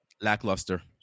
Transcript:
Lackluster